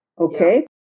okay